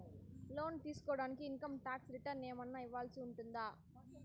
లోను తీసుకోడానికి income tax returns ఏమన్నా ఇవ్వాల్సి ఉంటుందా